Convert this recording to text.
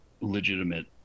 legitimate